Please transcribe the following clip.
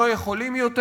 לא יכולים יותר.